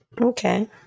okay